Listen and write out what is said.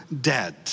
dead